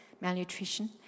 malnutrition